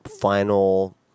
final